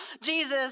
Jesus